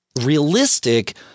realistic